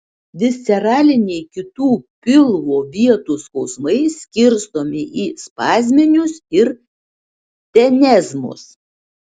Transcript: visceraliniai kitų pilvo vietų skausmai skirstomi į spazminius ir tenezmus